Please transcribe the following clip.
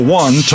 one